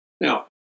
Now